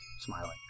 smiling